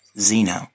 Zeno